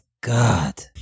God